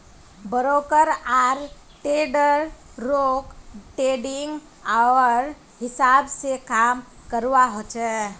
broker आर ट्रेडररोक trading hour हिसाब से काम करवा होचे